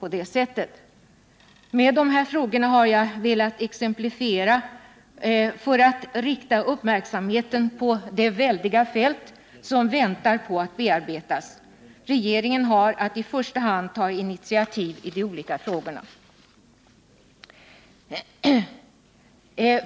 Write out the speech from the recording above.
Med de exemplifieringar jag gjort har jag velat rikta uppmärksamheten på det väldiga fält som väntar på att bearbetas. Regeringen har att i första hand ta initiativ i de olika frågorna.